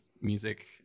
music